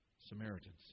Samaritans